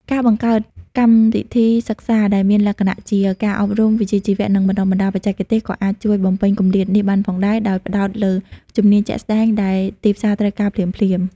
ការបង្កើតកម្មវិធីសិក្សាដែលមានលក្ខណៈជា ការអប់រំវិជ្ជាជីវៈ និងបណ្តុះបណ្តាលបច្ចេកទេស ក៏អាចជួយបំពេញគម្លាតនេះបានផងដែរ ដោយផ្តោតលើជំនាញជាក់ស្តែងដែលទីផ្សារត្រូវការភ្លាមៗ។